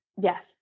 yes